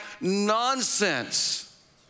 nonsense